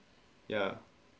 ya